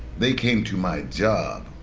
they came to my job.